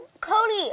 Cody